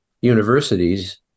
universities